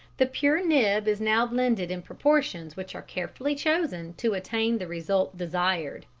the pure nib is now blended in proportions which are carefully chosen to attain the result desired.